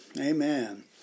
Amen